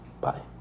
Bye